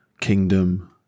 kingdom